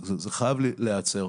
זה חייב להיעצר.